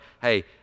hey